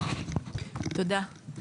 תודה.